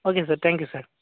okay sir thank you sir